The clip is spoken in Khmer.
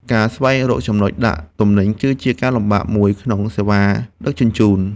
ការស្វែងរកចំណុចដាក់ទំនិញ គឺជាការលំបាកមួយក្នុងសេវាដឹកជញ្ជូន។